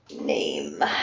name